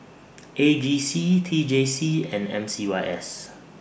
A G C T J C and M C Y S